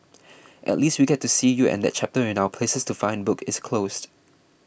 at least we get to see you and that chapter in our 'places to find' book is closed